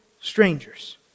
strangers